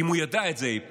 אם הוא ידע את זה אי פעם,